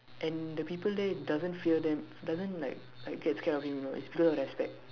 and the people there doesn't fear them doesn't like like get scared of him you know it's because of respect